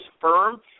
firm